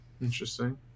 Interesting